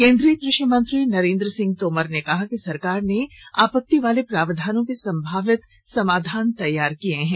केन्द्रीय कृषि मंत्री नरेन्द्र सिंह तोमर ने कहा कि सरकार ने आपत्ति वाले प्रावधानों के संभावित समाधान तैयार किए हैं